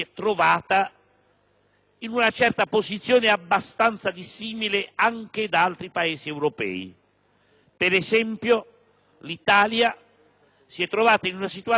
Ad esempio, l'Italia si è venuta a trovare in una situazione meno esposta ai mercati finanziari di tutti gli altri Paesi europei.